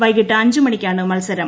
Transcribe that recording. വൈകിട്ട് അഞ്ചു മണിക്കാണ് മത്സരം